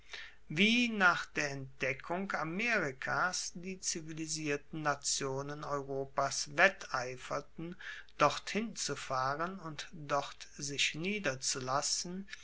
wie nach der entdeckung amerikas die zivilisierten nationen europas wetteiferten dorthin zu fahren und dort sich niederzulassen